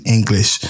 English